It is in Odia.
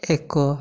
ଏକ